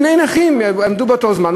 שני נכים עמדו באותו זמן,